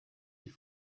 die